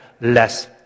less